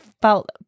felt